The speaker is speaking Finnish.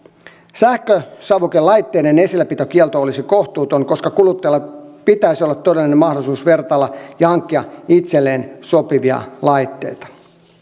sähkösavukelaitteiden esilläpitokielto olisi kohtuuton koska kuluttajalla pitäisi olla todellinen mahdollisuus vertailla ja hankkia itselleen sopivia laitteita